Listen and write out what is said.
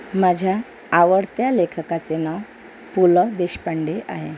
माझ्या आवडत्या लेखकाचे नाव पु ल देशपांडे आहे